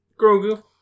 Grogu